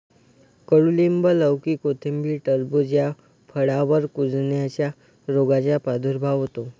कडूलिंब, लौकी, कोथिंबीर, टरबूज या फळांवर कुजण्याच्या रोगाचा प्रादुर्भाव होतो